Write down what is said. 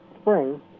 spring